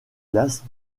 glace